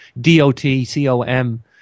D-O-T-C-O-M